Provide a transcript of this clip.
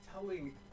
telling